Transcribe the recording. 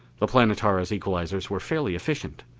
the planetara's equalizers were fairly efficient.